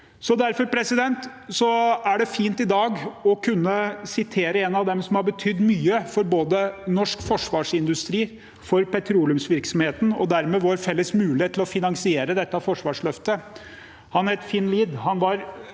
de neste årene. Derfor er det fint i dag å kunne sitere en av dem som har betydd mye både for norsk forsvarsindustri og for petroleumsvirksomheten, og dermed for vår felles mulighet til å finansiere dette forsvarsløftet. Han het Finn Lied.